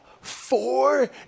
four